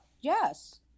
yes